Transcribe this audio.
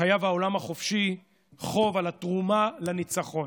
חייב העולם החופשי חוב על התרומה לניצחון: